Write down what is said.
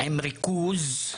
בריכוז,